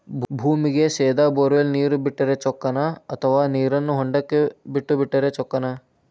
ಭೂಮಿಗೆ ಸೇದಾ ಬೊರ್ವೆಲ್ ನೇರು ಬಿಟ್ಟರೆ ಚೊಕ್ಕನ ಅಥವಾ ನೇರನ್ನು ಹೊಂಡಕ್ಕೆ ಬಿಟ್ಟು ಬಿಟ್ಟರೆ ಚೊಕ್ಕನ?